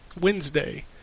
Wednesday